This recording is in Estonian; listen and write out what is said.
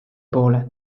poole